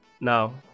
Now